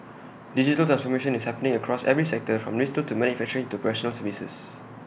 digital transformation is happening across every sector from retail to manufacturing to professional services